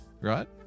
right